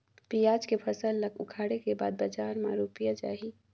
पियाज के फसल ला उखाड़े के बाद बजार मा रुपिया जाही?